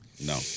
No